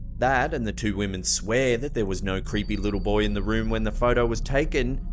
that, and the two women swear that there was no creepy little boy in the room when the photo was taken,